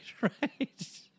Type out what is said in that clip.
right